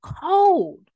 cold